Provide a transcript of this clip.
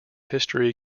history